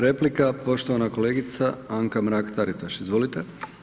Replika poštovana kolegica Anka Mrak-Taritaš, izvolite.